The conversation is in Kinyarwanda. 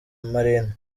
marine